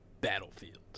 Battlefield